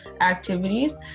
activities